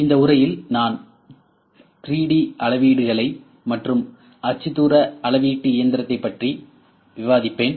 இந்த உறையில் நான் 3D அளவீடுகளை மற்றும் அச்சுத்தூர அளவீட்டு இயந்திரத்தைப் பற்றி விவாதிப்பேன்